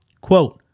Quote